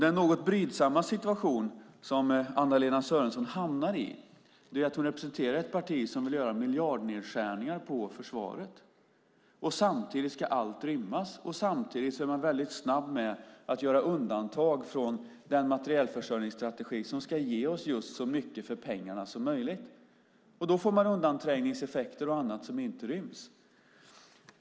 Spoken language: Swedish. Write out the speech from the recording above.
Den något brydsamma situation som Anna-Lena Sörenson hamnar i är att hon representerar ett parti som vill göra miljardnedskärningar på försvaret samtidigt som allt ska rymmas. Samtidigt är man också mycket snabb med att göra undantag från den materielförsörjningsstrategi som ska ge oss så mycket som möjligt för pengarna. Då blir det undanträngningseffekter och annat som inte ryms.